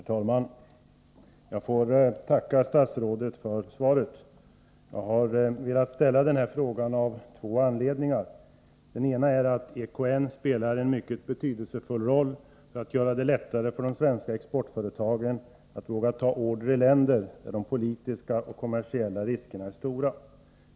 Herr talman! Jag får tacka statsrådet för svaret. Jag har velat ställa den här frågan av två anledningar. Den ena är att EKN spelar en mycket betydelsefull roll för att göra det lättare för de svenska exportföretagen att våga ta upp order i länder, där de politiska och kommersiella riskerna är stora.